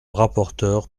rapporteur